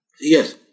Yes